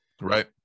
Right